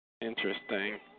Interesting